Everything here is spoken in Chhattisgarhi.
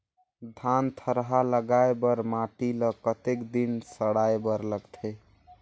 धान थरहा लगाय बर माटी ल कतेक दिन सड़ाय बर लगथे?